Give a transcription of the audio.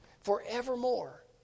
forevermore